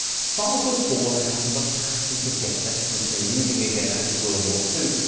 saab was born out of a passion to get their country moving again after world war two,